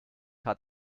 hat